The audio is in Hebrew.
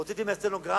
הוצאתי מהסטנוגרמה,